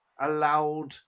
allowed